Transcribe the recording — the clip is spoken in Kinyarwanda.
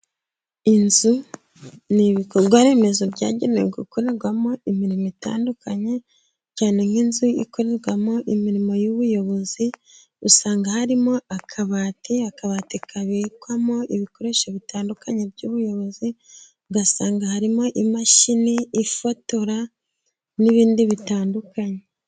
Inzu ni ibikorwa remezo byagenewe gukorerwamo imirimo itandukanye, cyane nk'inzu ikorerwamo imirimo y'ubuyobozi. Usanga harimo akabati. Akabati kabikwamo ibikoresho bitandukanye by'ubuyobozi, ugasanga harimo imashini ifotora n'ibindi bitandukanye.